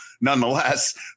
Nonetheless